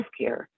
healthcare